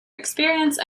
experience